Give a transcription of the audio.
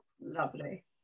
Lovely